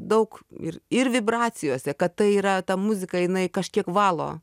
daug ir ir vibracijose kad tai yra ta muzika jinai kažkiek valo